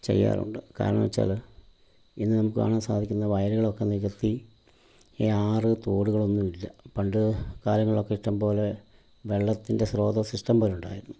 ചെയ്യാറുണ്ട് കാരണം വെച്ചാൽ ഇന്ന് നമുക്ക് കാണാൻ സാധിക്കുന്നത് വയലുകളൊക്കെ നികത്തി ഈ ആറ് തോടുകളൊന്നുമല്ല പണ്ട് കാലങ്ങളിലൊക്കെ ഇഷ്ടം പോലെ വെള്ളത്തിൻ്റെ സ്രോതസ്സിഷ്ടം പോലെ ഉണ്ടായിരുന്നു